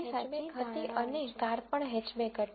તો ધારણા હેચબેક હતી અને કાર પણ હેચબેક હતી